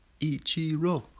Ichiro